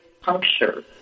puncture